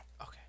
Okay